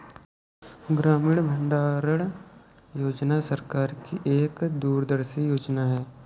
ग्रामीण भंडारण योजना सरकार की एक दूरदर्शी योजना है